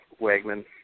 Wegman